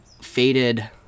faded